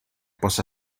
possa